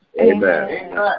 Amen